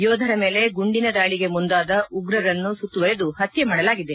ಯೋಧರ ಮೇಲೆ ಗುಂಡಿನ ದಾಳಿಗೆ ಮುಂದಾದ ಉಗ್ರರನ್ನು ಸುತ್ತುವರೆದು ಹತ್ತೆ ಮಾಡಲಾಗಿದೆ